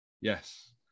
Yes